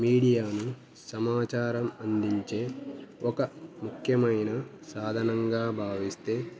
మీడియాను సమాచారం అందించే ఒక ముఖ్యమైన సాధనంగా భావిస్తే